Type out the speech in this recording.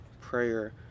prayer